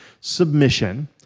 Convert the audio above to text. submission